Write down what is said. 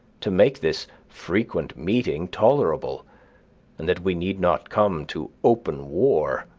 to make this frequent meeting tolerable and that we need not come to open war.